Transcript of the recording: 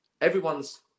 everyone's